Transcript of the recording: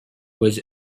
was